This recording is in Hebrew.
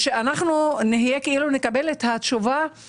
כי אם הולכים להשתמש יותר בגז ומכניסים יותר חברות